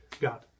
God